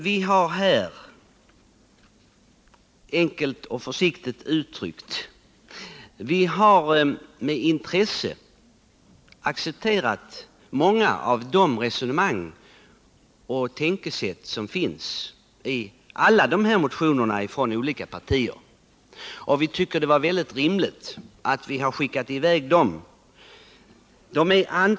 Vi har, enkelt och försiktigt uttryckt, med intresse accepterat många av de resonemang och tänkesätt som finns i alla dessa motioner från olika partier. Vi tycker det var rimligt att vi vidarebefordrade dem till utredningen.